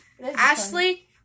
Ashley